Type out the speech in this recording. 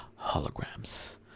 holograms